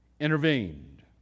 intervened